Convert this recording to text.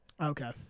Okay